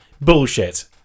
Bullshit